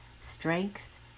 strength